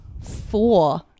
four